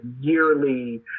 yearly